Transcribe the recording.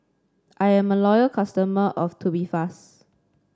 I'm a loyal customer of Tubifast